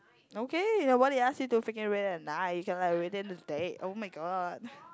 okay now what did I ask you to freaking wear that at night you can like wear in the day oh-my-god